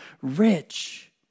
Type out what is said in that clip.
rich